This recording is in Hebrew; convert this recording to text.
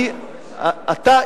אתה,